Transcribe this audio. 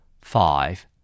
Five